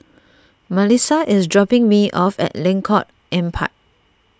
Malissa is dropping me off at Lengkok Empat